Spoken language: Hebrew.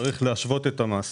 צריך להשוות את המס